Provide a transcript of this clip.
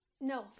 No